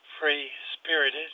Free-Spirited